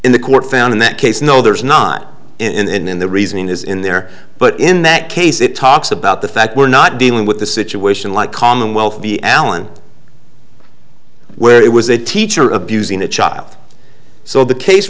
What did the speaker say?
in the court found in that case no there is not in the reasoning is in there but in that case it talks about the fact we're not dealing with a situation like commonwealth v allen where he was a teacher abusing a child so the case